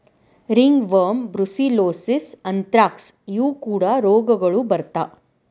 ringworm, brucellosis, anthrax ಇವು ಕೂಡಾ ರೋಗಗಳು ಬರತಾ